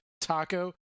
Taco